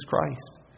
Christ